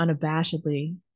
unabashedly